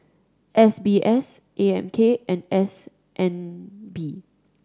S B S A M K and S N B